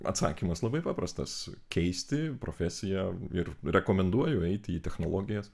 atsakymas labai paprastas keisti profesiją ir rekomenduoju eiti į technologijas